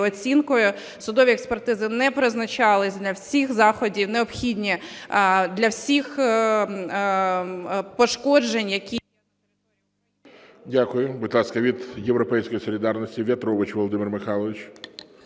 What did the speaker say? Судові експертизи не призначались для всіх заходів, необхідні… для всіх пошкоджень, які… ГОЛОВУЮЧИЙ. Дякую. Будь ласка, від "Європейської солідарності"